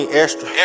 extra